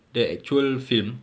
the actual film